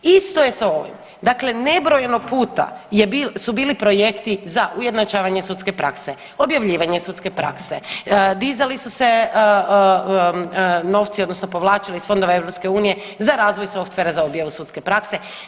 Isto je sa ovim, dakle nebrojeno puta su bili projekti za ujednačavanje sudske prakse, objavljivanje sudske prakse, dizali su se novci odnosno povlačili iz fondova EU za razvoj softvera za objavu sudske prakse.